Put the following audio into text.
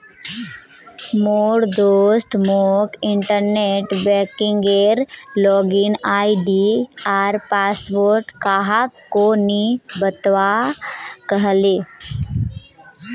मोर दोस्त मोक इंटरनेट बैंकिंगेर लॉगिन आई.डी आर पासवर्ड काह को नि बतव्वा कह ले